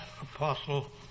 Apostle